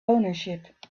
ownership